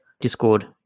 Discord